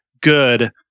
good